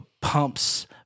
pumps